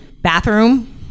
bathroom